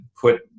put